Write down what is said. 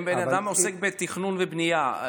אם בן אדם עוסק בתכנון ובנייה,